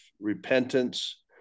repentance